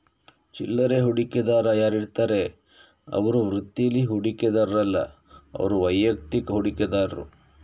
ಚಿಲ್ಲರೆ ಹೂಡಿಕೆದಾರ ಯಾರಿರ್ತಾರೆ ಅವ್ರು ವೃತ್ತೀಲಿ ಹೂಡಿಕೆದಾರರು ಅಲ್ಲ ಅವ್ರು ವೈಯಕ್ತಿಕ ಹೂಡಿಕೆದಾರರು